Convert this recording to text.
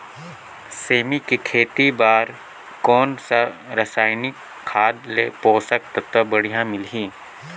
सेमी के खेती बार कोन सा रसायनिक खाद ले पोषक तत्व बढ़िया मिलही?